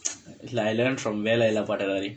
like I learned from Velaiyilla Pattathari patdathaari